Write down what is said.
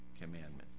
commandment